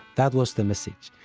that was the message.